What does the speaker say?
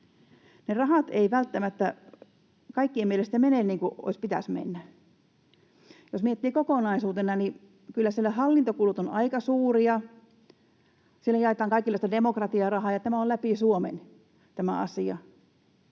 ne rahat eivät välttämättä kaikkien mielestä mene niin kuin pitäisi mennä. Jos miettii kokonaisuutena, niin kyllä siellä hallintokulut ovat aika suuria, siellä jaetaan kaikille sitä demokratiarahaa, ja tämä on läpi Suomen. Olisi